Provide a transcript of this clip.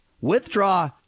withdraw